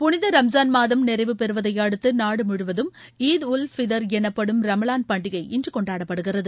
புளித ரம்ஜான் மாதம் நிறைவு பெறுவதை அடுத்து நாடு முழுவதும் ஈத் உல் ஃபிதர் எனப்படும் ரமலான் பண்டிகை இன்று கொண்டாடப்படுகிறது